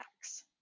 tax